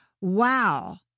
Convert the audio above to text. Wow